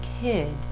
kid